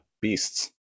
beasts